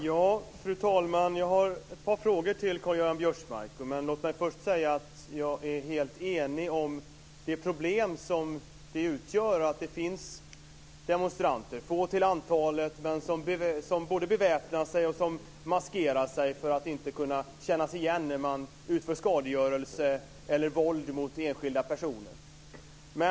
Fru talman! Jag har ett par frågor till Karl-Göran Biörsmark, men låt mig först säga att jag är helt enig om att det utgör ett problem att det finns demonstranter, få till antalet, som både beväpnar sig och maskerar sig för att inte kunna kännas igen när de utövar skadegörelse eller våld mot enskilda personer.